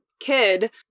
kid